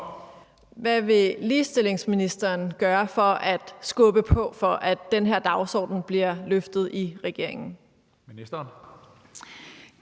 Hvad vil ligestillingsministeren gøre for at skubbe på, for at den her dagsorden bliver løftet i regeringen?